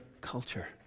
culture